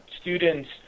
students